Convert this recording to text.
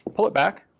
pull it back,